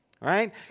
right